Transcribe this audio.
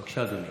בבקשה, אדוני.